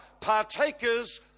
partakers